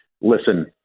listen